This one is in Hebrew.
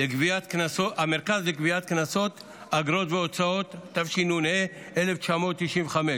לגביית קנסות, אגרות והוצאות, התשנ"ה 1995,